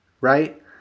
right